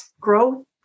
grow